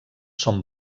són